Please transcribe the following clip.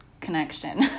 connection